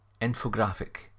infographic